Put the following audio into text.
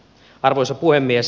arvoisa puhemies